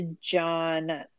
John